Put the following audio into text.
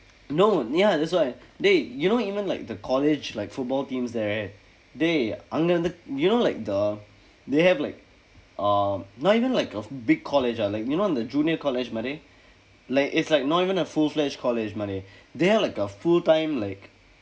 no ya that's why dey you know even like the college like football teams there right dey அங்க வந்து:angka vandthu you know like the they have like uhm not even like of big college ah like you know அந்த:andtha junior college மாதிரி:maathiri like it's like not even a full fledged college மாதிரி:maathiir they have like a full time like